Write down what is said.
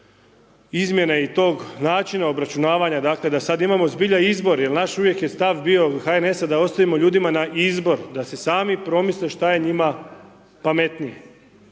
izmjene i tog načina obračunavanja dakle da sad imamo zbilja izbor jer naš uvijek je stav bio HNS-a da ostavimo ljudima na izbor da si sami promisle šta je njima pametnije,